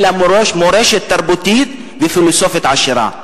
אלא מורשת תרבותית ופילוסופית עשירה.